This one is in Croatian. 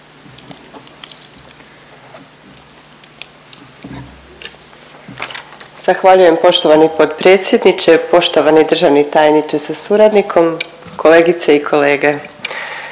Zahvaljujem poštovani potpredsjedniče. Poštovani državni tajniče sa suradnikom, kolegice i kolege,